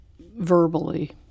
verbally